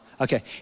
Okay